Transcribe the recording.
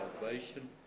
salvation